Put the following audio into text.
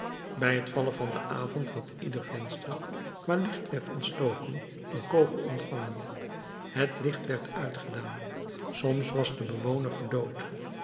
bij t vallen van den avond had ieder venster waar licht werd ontstoken een kogel ontvangen het licht werd uitgedaan soms was de bewoner gedood